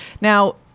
Now